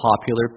popular